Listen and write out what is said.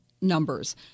numbers